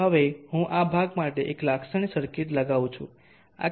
હવે હું આ ભાગ માટે એક લાક્ષણિક સર્કિટ લગાઉં છું